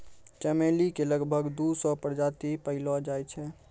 चमेली के लगभग दू सौ प्रजाति पैएलो जाय छै